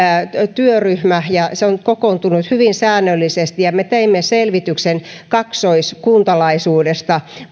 työryhmä ja se on nyt kokoontunut hyvin säännöllisesti me teimme selvityksen kaksoiskuntalaisuudesta